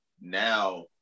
now